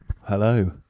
Hello